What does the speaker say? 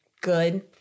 good